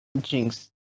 Jinx